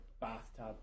bathtub